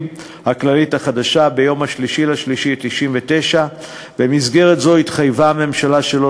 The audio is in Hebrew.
הכללית החדשה ביום 3 במרס 1999. במסגרת זו התחייבה הממשלה שלא